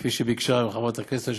כפי שביקשה חברת הכנסת,